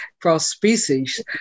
cross-species